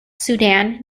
sudan